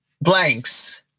blanks